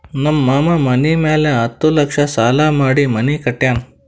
ನಮ್ ಮಾಮಾ ಮನಿ ಮ್ಯಾಲ ಹತ್ತ್ ಲಕ್ಷ ಸಾಲಾ ಮಾಡಿ ಮನಿ ಕಟ್ಯಾನ್